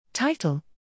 Title